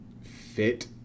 fit